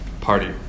party